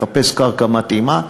לחפש קרקע מתאימה.